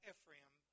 Ephraim